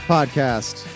Podcast